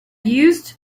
used